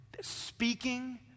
Speaking